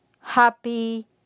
happy